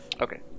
Okay